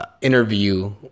interview